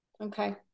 Okay